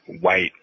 white